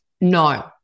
no